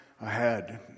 ahead